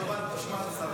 אשמת,